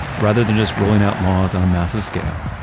rather than just rolling out laws on a massive scale,